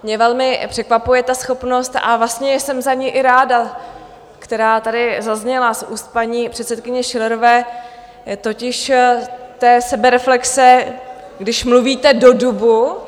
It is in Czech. Mě velmi překvapuje ta schopnost, a vlastně jsem za ni i ráda, která tady zazněla z úst paní předsedkyně Schillerové, té sebereflexe když mluvíte do dubu.